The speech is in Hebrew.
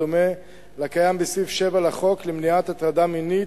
בדומה לקיים בסעיף 7 לחוק למניעת הטרדה מינית,